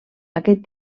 aquest